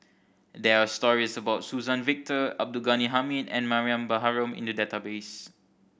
there are stories about Suzann Victor Abdul Ghani Hamid and Mariam Baharom in the database